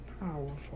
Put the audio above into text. powerful